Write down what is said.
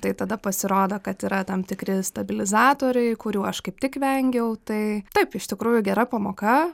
tai tada pasirodo kad yra tam tikri stabilizatoriai kurių aš kaip tik vengiau tai taip iš tikrųjų gera pamoka